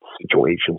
situations